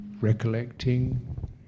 recollecting